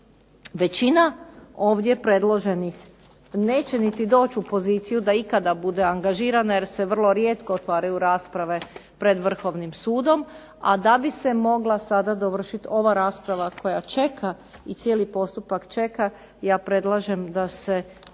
većina ovdje predloženih neće niti doći u poziciju da ikada bude angažirana jer se vrlo rijetko otvaraju rasprave pred Vrhovnim sudom, a da bi se mogla sada dovršiti ova rasprava koja čeka i cijeli postupak čeka ja predlažem da se